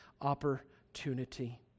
opportunity